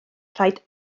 rhaid